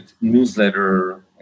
newsletter